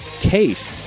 case